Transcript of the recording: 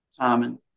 common